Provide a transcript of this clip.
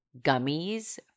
gummies